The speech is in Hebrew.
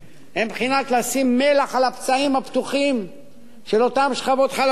הם בבחינת לשים מלח על הפצעים הפתוחים של אותן שכבות חלשות.